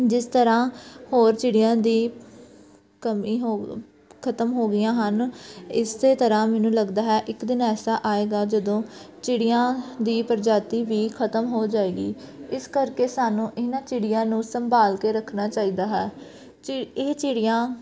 ਜਿਸ ਤਰ੍ਹਾਂ ਹੋਰ ਚਿੜਿਆਂ ਦੀ ਕਮੀ ਹੋਵੇ ਖ਼ਤਮ ਹੋ ਗਈਆਂ ਹਨ ਇਸੇ ਤਰ੍ਹਾਂ ਮੈਨੂੰ ਲੱਗਦਾ ਹੈ ਇੱਕ ਦਿਨ ਐਸਾ ਆਏਗਾ ਜਦੋਂ ਚਿੜੀਆਂ ਦੀ ਪ੍ਰਜਾਤੀ ਵੀ ਖ਼ਤਮ ਹੋ ਜਾਏਗੀ ਇਸ ਕਰਕੇ ਸਾਨੂੰ ਇਹਨਾਂ ਚਿੜੀਆਂ ਨੂੰ ਸੰਭਾਲ ਕੇ ਰੱਖਣਾ ਚਾਹੀਦਾ ਹੈ ਚੀ ਇਹ ਚਿੜੀਆਂ